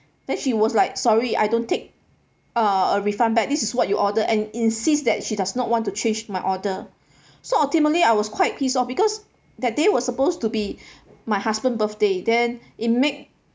then she was like sorry I don't take uh a refund back this is what you order and insist that she does not want to change my order so ultimately I was quite pissed off because that day was supposed to be my husband birthday then it make